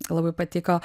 labai patiko